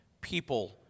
people